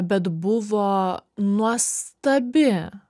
bet buvo nuostabi